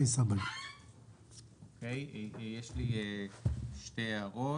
יש לי שתי הערות.